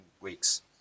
weeks